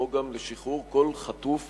כמו גם לשחרור כל חטוף